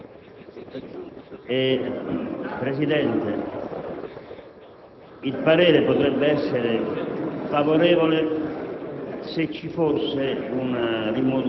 Presidente.